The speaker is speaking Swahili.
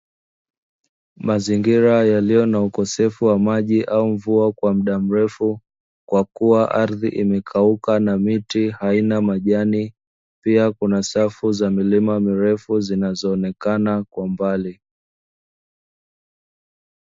Mazingira yaliyo na ukosefu wa maji au mvua kwa muda mrefu kwa kuwa ardhi imekauka na miti haina majani, pia kuna safu za milima mirefu zinazoonekana kwa mbali.